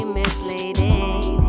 misleading